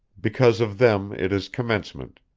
because of them it is commencement,